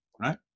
Right